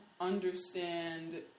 understand